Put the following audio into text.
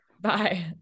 Bye